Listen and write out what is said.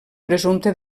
presumpte